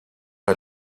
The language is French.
est